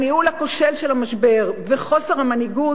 הניהול הכושל של המשבר וחוסר המנהיגות